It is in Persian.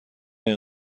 این